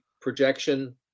projection